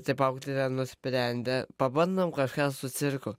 taip auklėtoja nusprendė pabandom kažką su cirku